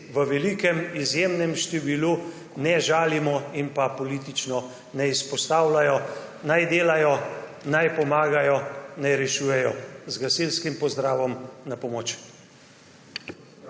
v velikem, izjemnem številu, ne žalimo in politično ne izpostavljajo. Naj delajo, naj pomagajo, naj rešujejo. Z gasilskim pozdravom, na pomoč!